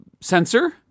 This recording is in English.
sensor